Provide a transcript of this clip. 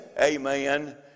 amen